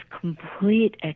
complete